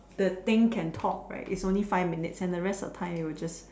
the thing can talk right is only five minutes and the rest of time it will just